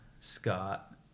scott